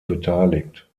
beteiligt